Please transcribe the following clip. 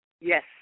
Yes